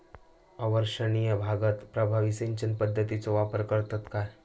अवर्षणिय भागात प्रभावी सिंचन पद्धतीचो वापर करतत काय?